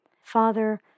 Father